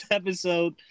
episode